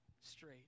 straight